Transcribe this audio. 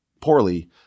poorly